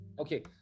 okay